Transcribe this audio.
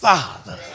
Father